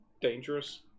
dangerous